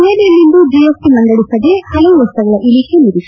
ನವದೆಹಲಿಯಲ್ಲಿಂದು ಜೆಎಸ್ಟಿ ಮಂಡಳಿ ಸಭೆ ಹಲವು ವಸ್ತುಗಳ ಇಳಿಕೆ ನಿರೀಕ್ಷೆ